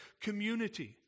community